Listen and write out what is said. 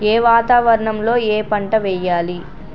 ఏ వాతావరణం లో ఏ పంట వెయ్యాలి?